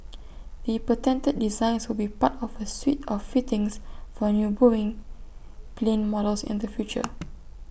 the patented designs will be part of A suite of fittings for new boeing plane models in the future